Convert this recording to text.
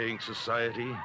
society